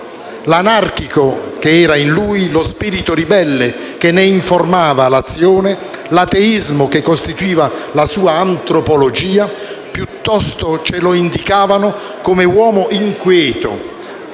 L'anarchico che era in lui, lo spirito ribelle che ne informava l'azione, l'ateismo che costituiva la sua antropologia ce lo indicavano piuttosto come uomo inquieto,